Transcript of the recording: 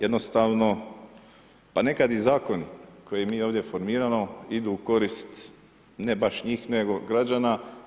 Jednostavno, pa nekad i zakoni koje mi ovdje formiramo idu u korist ne baš njih nego građana.